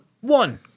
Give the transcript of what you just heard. one